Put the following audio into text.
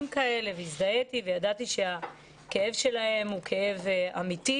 כאלה והזדהיתי וידעתי שהכאב שלהם הוא כאב אמיתי,